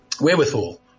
wherewithal